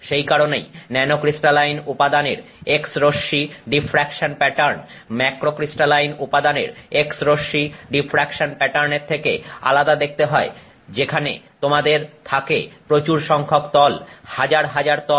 সেই কারণেই ন্যানোক্রিস্টালাইন উপাদানের X রশ্মি ডিফ্রাকশন প্যাটার্ন ম্যাক্রোক্রিস্টালাইন উপাদানের X রশ্মি ডিফ্রাকশন প্যাটার্নের থেকে আলাদা দেখতে হয় যেখানে তোমাদের থাকে প্রচুর সংখ্যক তল হাজার হাজার তল